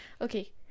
okay